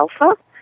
alpha